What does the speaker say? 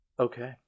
Okay